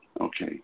Okay